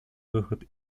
выход